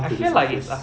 I feel like is af~